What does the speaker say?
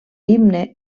himne